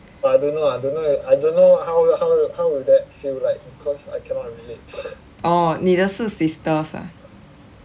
orh 你的是 sisters ah